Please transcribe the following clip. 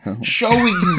Showing